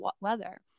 weather